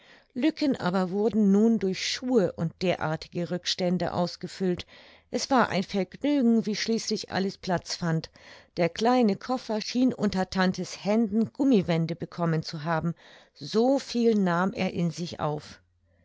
lücken aber wurden nun durch schuhe und derartige rückstände ausgefüllt es war ein vergnügen wie schließlich alles platz fand der kleine koffer schien unter tante's händen gummiwände bekommen zu haben so viel nahm er in sich auf